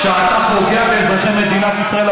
ידעת שאתה פוגע באזרחי מדינת ישראל,